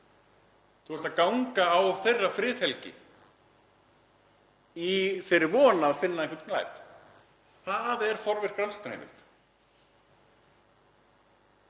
Þú ert að ganga á þeirra friðhelgi í þeirri von að finna einhvern glæp. Það er forvirk rannsóknarheimild.